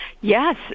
Yes